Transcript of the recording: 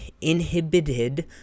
inhibited